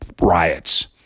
riots